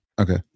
Okay